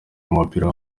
w’umupira